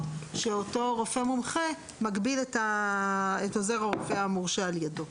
שאותו רופא מומחה מגביל את עוזר הרופא המורשה על-ידו.